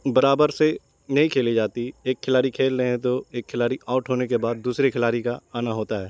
برابر سے نہیں کھیلی جاتی ایک کھلاڑی کھیل رہے ہیں تو ایک کھلاڑی آؤٹ ہونے کے بعد دوسرے کھلاڑی کا آنا ہوتا ہے